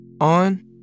on